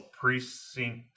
precinct